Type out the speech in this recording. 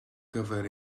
gyfer